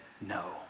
no